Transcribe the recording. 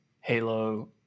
Halo